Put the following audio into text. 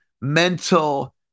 mental